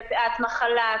מפאת מחלה,